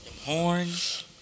Horns